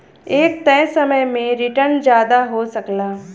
एक तय समय में रीटर्न जादा हो सकला